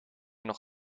nog